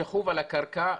שכוב על הקרקע,